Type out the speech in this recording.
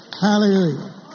Hallelujah